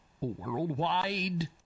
worldwide